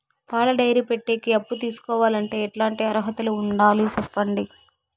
పాల డైరీ పెట్టేకి అప్పు తీసుకోవాలంటే ఎట్లాంటి అర్హతలు ఉండాలి సెప్పండి?